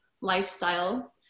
lifestyle